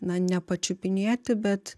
na ne pačiupinėti bet